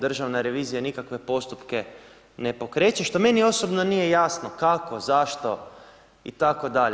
Državna revizija nikakve postupke ne pokreće što meni osobno nije jasno kako, zašto itd.